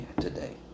today